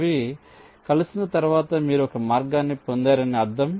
అవి కలిసిన తర్వాత మీరు ఒక మార్గాన్ని పొందారని అర్థం